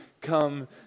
come